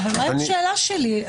לטובת סדר הדיון,